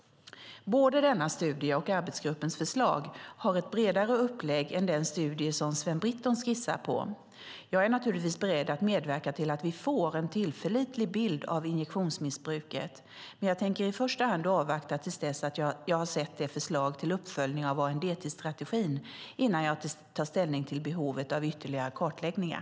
Både denna studie och arbetsgruppens förslag har ett bredare upplägg än den studie som Sven Britton skissar på. Jag är naturligtvis beredd att medverka till att vi får en tillförlitlig bild av injektionsmissbruket men jag tänker i första hand avvakta till dess att jag har sett förslaget till uppföljning av ANDT-strategin innan jag tar ställning till behovet av ytterligare kartläggningar.